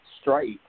strike